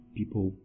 people